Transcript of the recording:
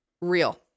real